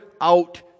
out